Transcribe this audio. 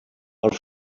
per